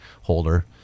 holder